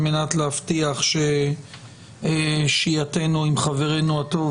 על מנת להבטיח ששהייתנו עם חברנו הטוב,